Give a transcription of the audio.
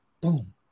boom